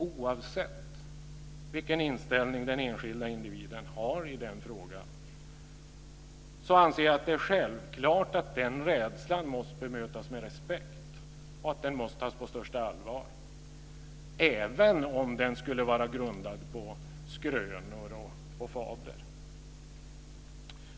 Oavsett vilken inställning den enskilde individen har i den frågan anser jag att det är självklart att rädslan måste bemötas med respekt och att den måste tas på största allvar, även om den skulle vara grundad på skrönor och fabler.